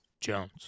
Jones